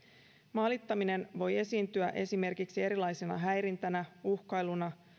maalittaminen voi esiintyä esimerkiksi erilaisena häirintänä uhkailuna